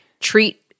treat